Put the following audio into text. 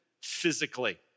physically